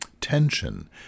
tension